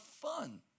fun